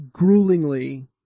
gruelingly